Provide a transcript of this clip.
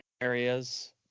areas